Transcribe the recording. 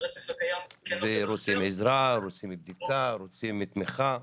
ורוצות עזרה, בדיקה, תמיכה.